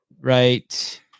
right